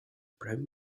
prime